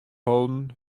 holden